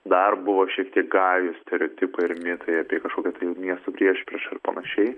dar buvo šiek tiek gajūs stereotipai ir mitai apie kažkokią tai miestų priešpriešą ir panašiai